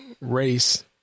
race